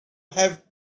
have